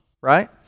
right